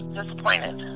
disappointed